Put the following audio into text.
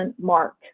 mark